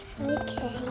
Okay